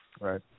Right